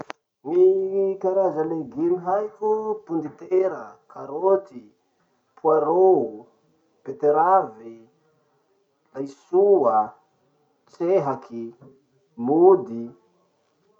Ny karaza legume haiko: pondetera, karoty, poirot, beteravy, laisoa, tsehaky, mody.